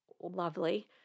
lovely